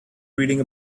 reading